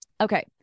Okay